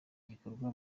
gikorwa